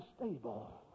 unstable